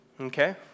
Okay